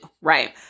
right